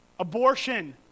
Abortion